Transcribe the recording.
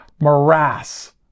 morass